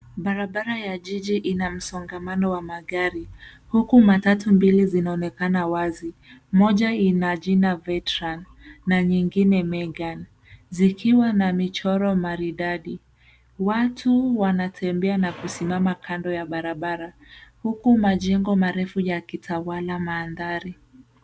Barabara ya jiji ina msongamano wa magari. Huku matatu mbili zinaonekana wazi. Moja ina jina veteran na nyingine megan Zikiwa na michoro maridadi. Watu wanatembea na kusimama kando ya barabara ,huku majengo marefu yakitawala mandhari.